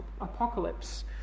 apocalypse